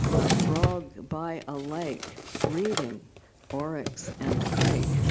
a frog by a lake reading oryx and crake.